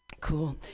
cool